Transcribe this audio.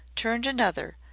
turned another,